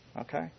Okay